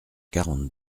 quarante